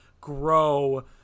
grow